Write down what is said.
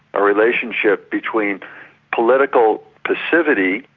a relationship between political passivity,